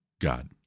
God